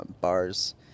bars